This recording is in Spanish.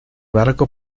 barco